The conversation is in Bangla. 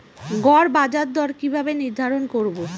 গড় বাজার দর কিভাবে নির্ধারণ করব?